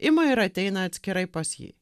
ima ir ateina atskirai pas jį